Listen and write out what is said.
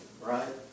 right